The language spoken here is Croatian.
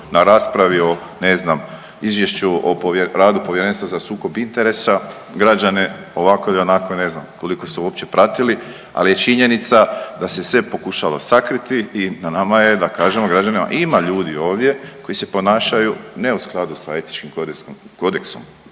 na raspravi o ne znam Izvješću o radu Povjerenstva za sukob interesa građane ovako ili onako ne znam koliko su uopće pratili, ali je činjenica da se sve pokušalo sakriti i na nama je da kažemo građanima ima ljudi ovdje koji se ponašaju ne u skladu sa etičkim kodeksom